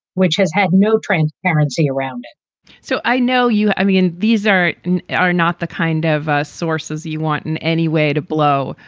which has had no transparency around it so i know you i mean, these are are not the kind of sources you want in any way to blow.